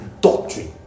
doctrine